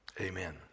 amen